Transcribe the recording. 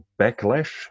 backlash